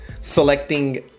selecting